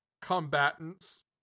combatants